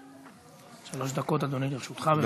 שלוש דקות, אדוני, לרשותך.